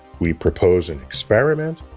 we propose an experiment.